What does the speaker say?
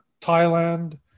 Thailand